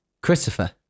christopher